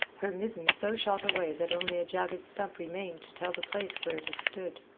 her mizzen so shot away that only a jagged stump remained to tell the place where it had stood.